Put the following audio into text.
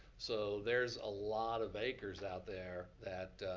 so there's a lot of acres out there that,